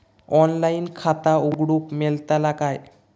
Online खाता उघडूक मेलतला काय?